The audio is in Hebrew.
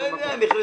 ביקשתי